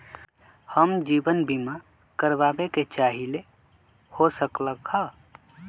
हम जीवन बीमा कारवाबे के चाहईले, हो सकलक ह?